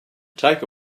take